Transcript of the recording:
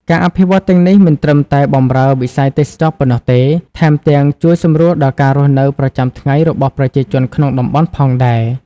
ការអភិវឌ្ឍទាំងនេះ មិនត្រឹមតែបម្រើវិស័យទេសចរណ៍ប៉ុណ្ណោះទេ ថែមទាំងជួយសម្រួលដល់ការរស់នៅប្រចាំថ្ងៃរបស់ប្រជាជនក្នុងតំបន់ផងដែរ។